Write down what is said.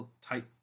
tight